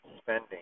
spending